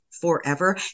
forever